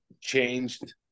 changed